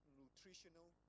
nutritional